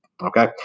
Okay